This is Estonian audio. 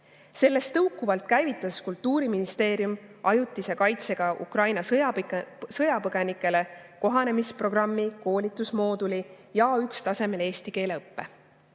Sellest tõukuvalt käivitas Kultuuriministeerium ajutise kaitsega Ukraina sõjapõgenikele kohanemisprogrammi, koolitusmooduli ja A1-tasemel eesti keele õppe.